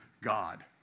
God